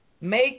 make